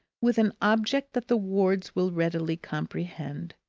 with an object that the wards will readily comprehend.